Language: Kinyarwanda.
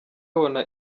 babona